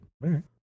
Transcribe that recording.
right